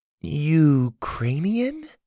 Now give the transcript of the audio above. Ukrainian